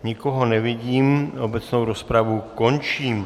Nikoho nevidím, obecnou rozpravu končím.